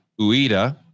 Ueda